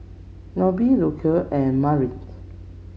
Nobie Lucile and Maureen